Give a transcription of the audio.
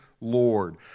Lord